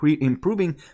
improving